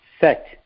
set